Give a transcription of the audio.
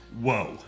whoa